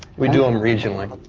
we do em regionally.